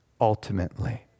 ultimately